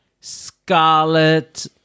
Scarlet